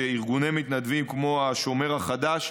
ארגוני מתנדבים כמו השומר החדש,